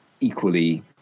Equally